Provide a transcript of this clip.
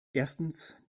erstens